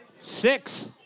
six